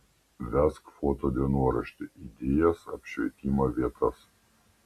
vesk foto dienoraštį idėjas apšvietimą vietas